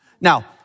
Now